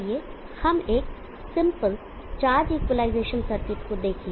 आइए हम एक सिंपल चार्ज इक्वलाइजेशन सर्किट को देखें